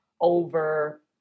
over